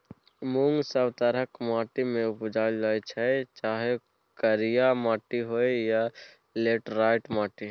मुँग सब तरहक माटि मे उपजाएल जाइ छै चाहे करिया माटि होइ या लेटेराइट माटि